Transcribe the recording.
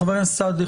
חבר הכנסת סעדי,